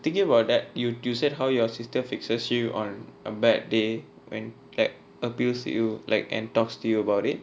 thinking about that you you said how your sister fixes you on a bad day and abuse you like and talks to you about it